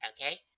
okay